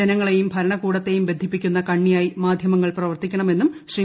ജനങ്ങളെയും ഭരണ കൂട്ടത്ത്യേയും ബന്ധിപ്പിക്കുന്ന കണ്ണിയായി മാധ്യമങ്ങൾ പ്രവർത്തിക്കങ്ങ്മെന്നും ശ്രീ